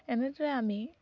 এনেদৰে আমি